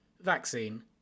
Vaccine